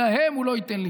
ולהם הוא לא ייתן ליפול.